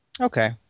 Okay